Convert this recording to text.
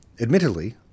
Admittedly